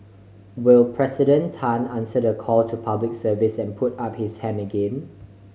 will President Tan answer the call to Public Service and put up his hand again